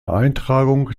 eintragung